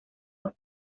los